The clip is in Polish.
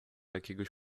jakiegoś